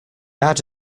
had